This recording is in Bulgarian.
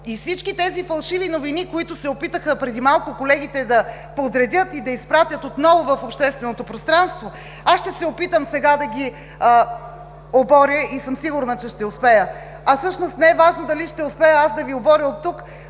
Всички тези фалшиви новини, които се опитаха преди малко колегите да подредят и да изпратят отново в общественото пространство, аз ще се опитам сега да ги оборя и съм сигурна, че ще успея. Не е важно дали ще успея аз да Ви оборя оттук,